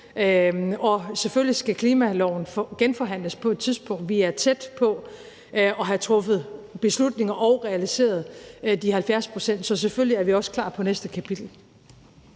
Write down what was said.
Og selvfølgelig skal klimaloven genforhandles på et tidspunkt. Vi er tæt på at have truffet beslutning og realiseret de 70 pct. Så selvfølgelig er vi også klar til næste kapitel.